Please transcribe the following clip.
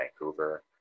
Vancouver